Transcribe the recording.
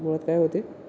मुळात काय होते